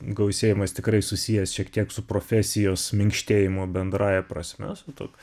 gausėjimas tikrai susijęs šiek tiek su profesijos minkštėjimu bendrąja prasme su tuo